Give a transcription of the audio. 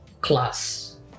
class